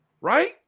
right